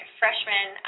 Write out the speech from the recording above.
freshman